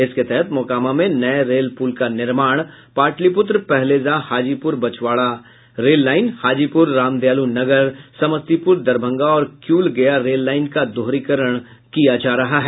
इसके तहत मोकामा में नये रेल पुल का निर्माण पाटलिपुत्र पहलेजा हाजीपुर बछवाड़ा हाजीपुर रामदयालु नगर समस्तीपुर दरभंगा और किऊल गया रेल लाईन का दोहरीकरण किया जा रहा है